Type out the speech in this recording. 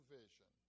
vision